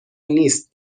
نیست